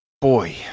boy